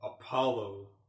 Apollo